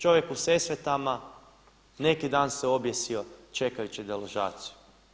Čovjek u Sesvetama neki dan se objesio čekajući deložaciju.